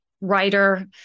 writer